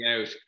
out